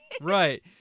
Right